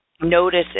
notice